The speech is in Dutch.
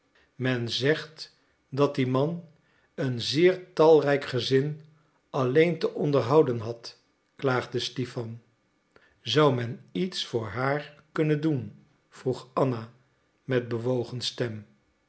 men zegt dat die man een zeer talrijk gezin alleen te onderhouden had klaagde stipan zou men iets voor haar kunnen doen vroeg anna met bewogen stem